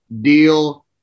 deal